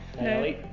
No